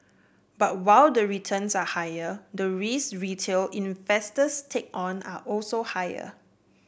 but while the returns are higher the risk retail investors take on are also higher